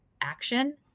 action